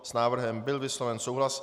S návrhem byl vysloven souhlas.